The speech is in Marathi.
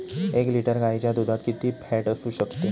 एक लिटर गाईच्या दुधात किती फॅट असू शकते?